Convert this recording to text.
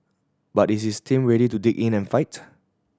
but is his team ready to dig in and fight